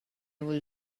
will